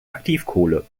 aktivkohle